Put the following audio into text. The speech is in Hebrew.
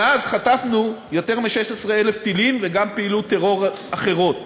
מאז חטפנו יותר מ-16,000 טילים וגם פעילויות טרור אחרות.